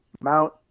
mount